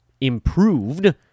improved